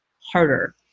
harder